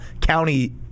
county